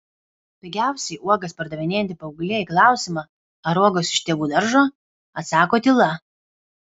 pigiausiai uogas pardavinėjanti paauglė į klausimą ar uogos iš tėvų daržo atsako tyla